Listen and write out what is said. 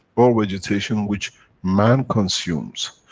all vegetation which man consumes,